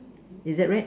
is it red